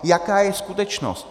Jaká je skutečnost?